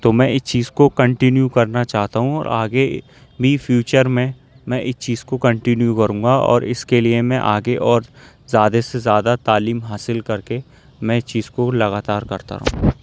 تو میں اس چیز کو کنٹینیو کرنا چاہتا ہوں اور آگے بھی فیوچر میں میں اس چیز کو کنٹینیو کروں گا اور اس کے لیے میں آگے اور زیادہ سے زیادہ تعلیم حاصل کر کے میں اس چیز کو لگاتار کرتا رہوں گا